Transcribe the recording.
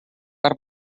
per